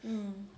mm